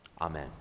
Amen